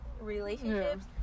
relationships